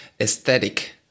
aesthetic